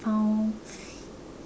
uh